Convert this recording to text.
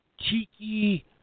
cheeky